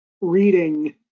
reading